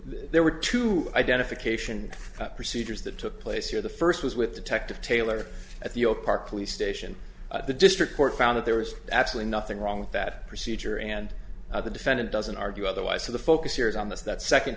there were two identification procedures that took place here the first was with detective taylor at the old park police station the district court found that there was absolutely nothing wrong with that procedure and the defendant doesn't argue otherwise so the focus here is on th